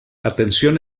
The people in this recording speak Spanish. atención